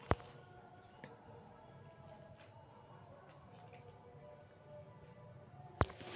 वित्तीय क्षेत्र में बचाव सबसे जरूरी होबल करा हई